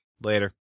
Later